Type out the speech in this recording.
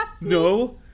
No